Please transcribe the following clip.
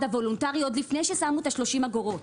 הוולונטרי עוד לפני ששמו את ה-30 אגורות.